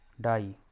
die,